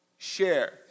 Share